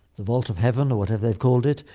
the vault of heaven, or whatever they've called it,